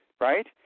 right